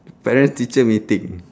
parents teacher meeting